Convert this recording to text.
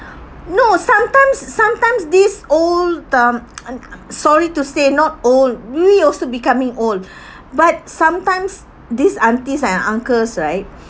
no sometimes sometimes these old um aunt~ uh sorry to say not old me also becoming old but sometimes these aunties and uncles right